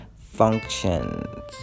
functions